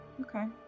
Okay